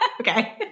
Okay